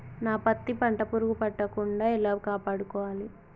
నా పత్తి పంట పురుగు పట్టకుండా ఎలా కాపాడుకోవాలి?